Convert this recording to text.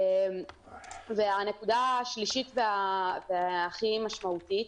הנקודה השלישית והכי משמעותית,